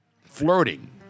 flirting